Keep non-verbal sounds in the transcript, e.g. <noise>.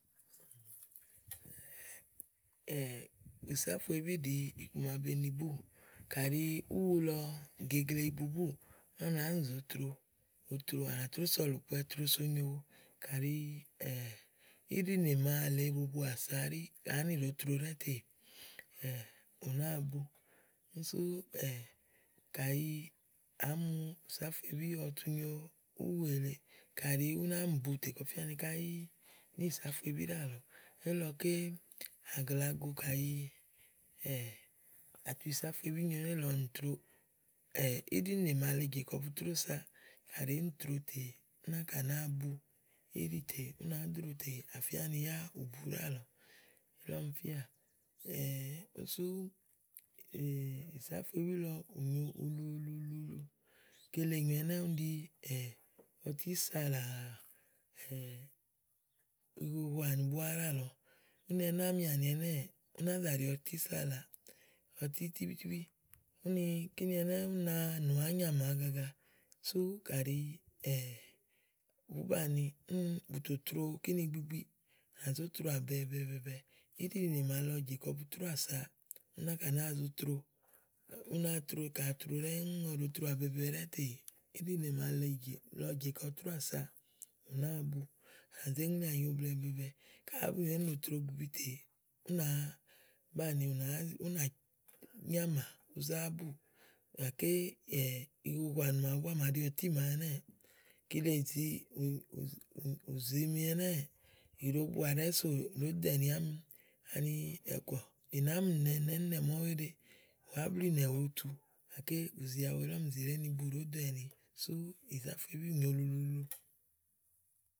<hesitation> ìsáfuebí ɖìi iku ma bèé ni bu úwù. kàɖi uwu lɔ gèegle ibubúù. úni à nàá ni zòo tro otro, à nà tró so ɔ̀lùkpɛ tro so u nyowu, kàɖi <hesitation> iɖìi ni màa lèe bubúa sàɖi à ni ɖòo tro ɖɛ́ɛ́ tè <hesitation> ù nàáa bu. úni sú <hesitation> kayi àá mu ìsáfuebí ɔwɔ tu nyo úwù èle, kayi ú ná mì bu tè kɔ fía ni káyí níìsáfuebí ɖíàlɔɔ̀. elílɔké àglago kàyi <hesitation> à tu ìsáfuebí nyo nélèe ɔwɔ nì troò <hesitation> íɖìnè màa lèe jè kɔ bu trósa, kàɖi èé ni tròo tè úni náka nàáa bu íɖì tè ú nàá droò tè à fíanì yá ù bu nálɔ̀ɔ. elí ɔmi fíà. <hesitation> úni sú <hesitation> ìsáfuebí lɔ, ù nyo ululuulu. kele nyòo ɛnɛ́ úni ɖi <hesitation> ɔtí sàlàà <hesitation> ihoho àni búá náàlɔ̀ɔ. úni ɛnɛ́ àámi àni ɛnɛ́ɛ̀, ú ná zà ɖi ɔtí sàlà, ɔtí tíbítíbí. úni kíni ɛnɛ́ɛ̀ úni na nù ányàmà agaga sú kàɖi <hesitation> ùú banìì <hesitation> bù tò tro kíni gbi gbiì bà zó troà bɛ̀ɛ bɛ̀ɛ bɛ̀ɛ bɛ̀ɛ íɖì nè màa jè kɔ bu tróà sa, úni náka nàáa zotro, ú náa tro ka à tro ɖɛ́ɛ́ ɔwɔ ɖòo troà bɛ̀ɛ bɛ̀ɛ ɖɛ́ ŋù tè íɖìnè màa lè jè lɔ jè kɔ tròà sa, ù nàáa bu, à nà zé ŋleèà nyo blɛ̀ɛ bɛ̀ɛ bɛ̀ɛ ka àá bùnyo ni éè nòo tro gbi gbi tè ú nàá banli, ù nàáa, ú nàá nyàmà, ùú záá buù gàké ihoho àni màa ɖi ɔtí màawu ɛnɛ́ɛ̀, kile zìí ùù zimi ɛnɛ́ ì ɖo buà ɖɛ́ɛ́ sú do ɛ̀ni àá mi, ani ùe kɔ̀ ìnàáá mi nɔ̀ɔ ìnɛ̀íìnnɛ màa úni wè ɖe wàá bluù ìnɛ̀ ìwotu gàké ù zi awu elí ɔmi zì nì ɖèé ni bu ɖòó do ɛ̀ni dámi sú ìsáfuebí nyòo ululuulu.